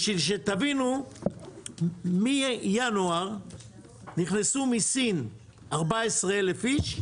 בשביל שתבינו מינואר נכנסו מסין 14,000 איש.